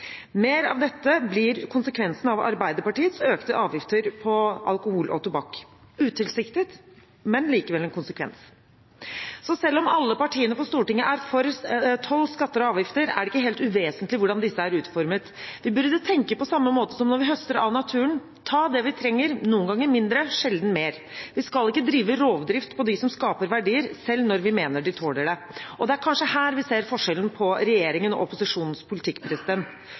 Mer av dette blir konsekvensen av Arbeiderpartiets økte avgifter på alkohol og tobakk – utilsiktet, men likevel en konsekvens. Så selv om alle partiene på Stortinget er for toll, skatter og avgifter, er det ikke helt uvesentlig hvordan disse er utformet. Vi burde tenke på samme måte som når vi høster av naturen – ta det vi trenger, noen ganger mindre, sjelden mer. Vi skal ikke drive rovdrift på dem som skaper verdier, selv når vi mener de tåler det. Det er kanskje her vi ser forskjellen på regjeringens og opposisjonens politikk.